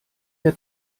der